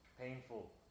painful